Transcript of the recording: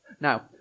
Now